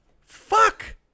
Fuck